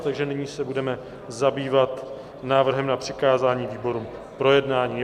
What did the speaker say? Takže nyní se budeme zabývat návrhem na přikázání výborům k projednání.